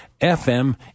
FM